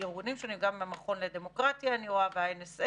מארגונים שונים, גם מהמכון לדמוקרטיה וה-INSS,